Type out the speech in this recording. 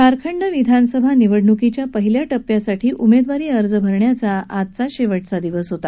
झारखंड विधानसभा निवडणुकीच्या पहिल्या टप्प्यासाठी उमेदवारी अर्ज भरण्याचा आज शेवटचा दिवस होता